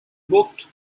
booked